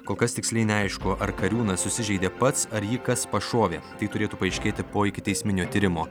kol kas tiksliai neaišku ar kariūnas susižeidė pats ar jį kas pašovė tai turėtų paaiškėti po ikiteisminio tyrimo